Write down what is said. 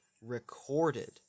recorded